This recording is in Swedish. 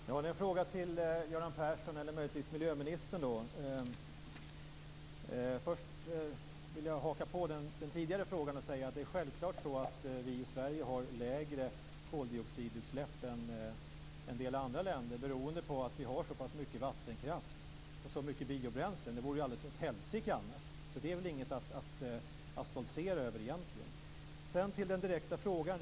Herr talman! Jag har en fråga till Göran Persson, eller möjligtvis till miljöministern. Först vill jag haka på den tidigare frågan och säga att det är självklart att Sverige har lägre koldioxidutsläpp än en del andra länder. Det beror ju på att Sverige har så pass mycket vattenkraft och så mycket biobränsle. Det vore ju alldeles åt helsike annars! Så det är väl egentligen ingenting att stoltsera med. Jag kommer sedan till den direkta frågan.